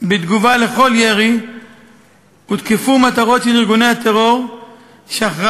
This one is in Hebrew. בתגובה לכל ירי הותקפו מטרות של ארגוני הטרור שאחראים